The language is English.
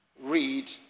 read